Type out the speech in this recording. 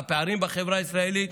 הפערים בחברה הישראלית,